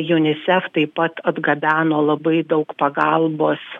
junisef taip pat atgabeno labai daug pagalbos